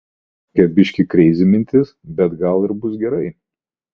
tokia biškį kreizi mintis bet gal ir bus gerai